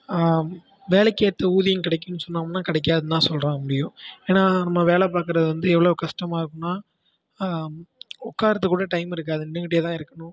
வேலைக்கு ஏற்ற ஊதியம் கிடைக்கின் சொன்னோம்முன்னா கிடைக்காதுன் தான் சொல்ற முடியும் ஏன்னா நம்ம வேலை பார்க்கறது வந்து எவ்வளோ கஷ்டமாக இருக்கும்னா உட்காறத்துக்குக்கூட டைம் இருக்காது நின்னுக்கிட்டே தான் இருக்கனும்